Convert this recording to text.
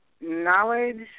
knowledge